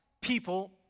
people